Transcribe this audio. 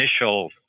initial